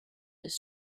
his